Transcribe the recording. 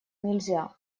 нельзя